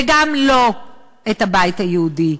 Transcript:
וגם לא את הבית היהודי,